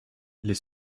les